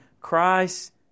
Christ